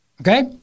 okay